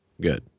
Good